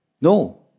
No